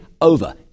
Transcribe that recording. Over